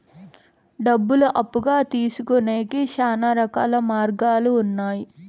డబ్బులు అప్పుగా తీసుకొనేకి శ్యానా రకాల మార్గాలు ఉన్నాయి